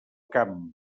camp